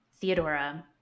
Theodora